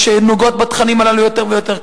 שנוגעות בתכנים הללו יותר ויותר.